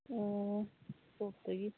ꯑꯣ ꯇꯣꯞꯇꯒꯤ